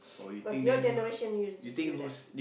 cause your generation used to to do that